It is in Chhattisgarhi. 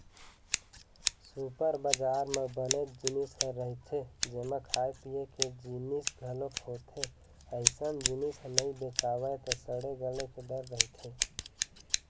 सुपर बजार म बनेच जिनिस ह रहिथे जेमा खाए पिए के जिनिस घलोक होथे, अइसन जिनिस ह नइ बेचावय त सड़े गले के डर रहिथे